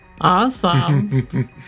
Awesome